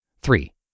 Three